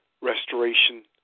restoration